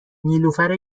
نیلوفر